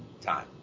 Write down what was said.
time